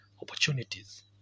opportunities